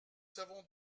savons